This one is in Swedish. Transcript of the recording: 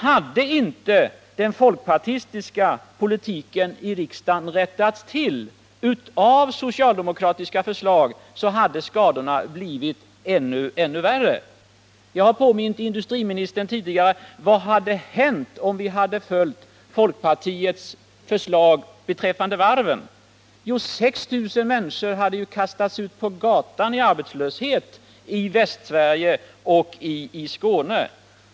Hade inte den folkpartistiska politiken i riksdagen rättats till genom socialdemokratiska förslag, hade skadorna blivit än värre. Jag har tidigare påmint industriministern om vad som hade hänt om vi hade följt folkpartiets förslag beträffande varven. 6 000 människor i Västsverige och i Skåne hade ju då kastats ut på gatan i arbetslöshet.